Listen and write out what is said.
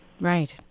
Right